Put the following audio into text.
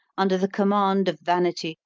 under the command of vanity,